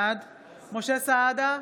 בעד משה סעדה,